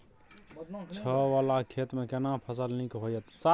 छै ॉंव वाला खेत में केना फसल नीक होयत?